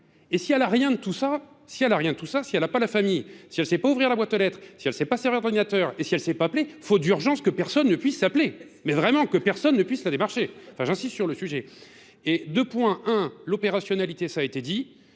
Et si elle n'a rien de tout ça, si elle n'a pas la famille, si elle ne sait pas ouvrir la boîte à lettres, si elle ne sait pas servir d'ordinateur et si elle ne sait pas appeler, il faut d'urgence que personne ne puisse s'appeler. Mais vraiment, que personne ne puisse la démarcher. J'insiste sur le sujet. Et 2.1, l'opérationnalité, ça a été dit.